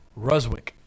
Ruswick